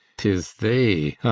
tis they,